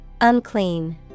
Unclean